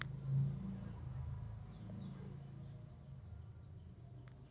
arrowroot ನ ಹಿಟ್ಟ ಮಾಡಿ ಸೇವಸ್ತಾರ, ಮತ್ತ ಅರೋರೂಟ್ ನಿಂದ ಶಾಂಪೂ ನು ತಯಾರ್ ಮಾಡ್ತಾರ